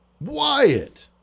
Wyatt